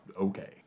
Okay